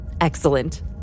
Excellent